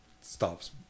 stops